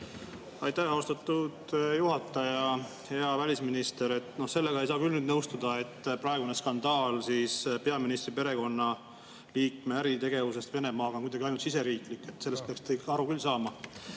Aitäh, austatud juhataja! Hea välisminister! Sellega ei saa küll nõustuda, et praegune skandaal peaministri perekonnaliikme äritegevusest Venemaaga on kuidagi ainult siseriiklik. Sellest peaks te ikka küll aru saama.